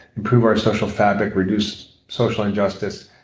improve our social fabric, reduce social injustice,